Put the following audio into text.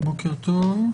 בוקר טוב.